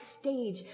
stage